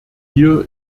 hier